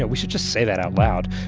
we should just say that out loud.